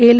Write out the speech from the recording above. L